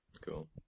Cool